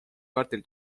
kvartali